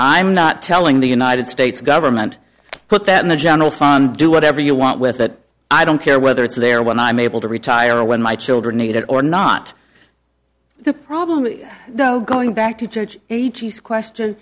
i'm not telling the united states government put that in a general fund do whatever you want with that i don't care whether it's there when i'm able to retire when my children need it or not the problem though going back to church teaches question